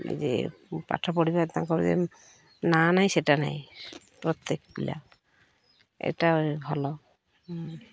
ଯେ ପାଠ ପଢ଼ିବା ତାଙ୍କର ଯେ ନା ନାହିଁ ସେଇଟା ନାହିଁ ପ୍ରତ୍ୟେକ ପିଲା ଏଇଟା ଭଲ